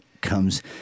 comes